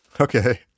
Okay